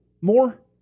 more